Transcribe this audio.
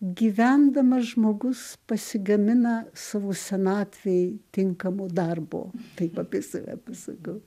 gyvendamas žmogus pasigamina savo senatvej tinkamo darbo taip apie save pasakau